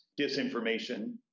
disinformation